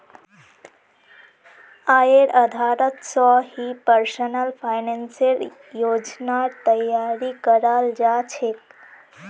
आयेर आधारत स ही पर्सनल फाइनेंसेर योजनार तैयारी कराल जा छेक